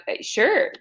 sure